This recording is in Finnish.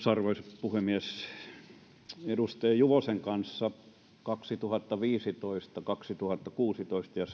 arvoisa puhemies olemme edustaja juvosen kanssa kaksituhattaviisitoista kaksituhattakuusitoista ja